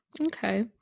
Okay